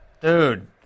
dude